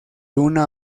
una